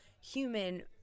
human